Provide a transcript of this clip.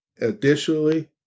Additionally